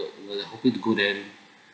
we are hoping to go there